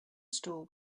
store